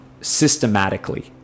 systematically